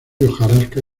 hojarasca